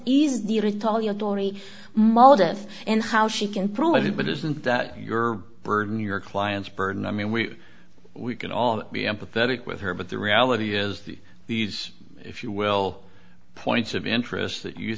easier to tell your story motive and how she can probably but isn't that your burden your client's burden i mean we we can all be empathetic with her but the reality as the these if you will points of interest that you